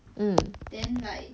mm